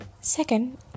Second